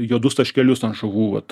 juodus taškelius ant žuvų vat